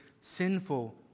sinful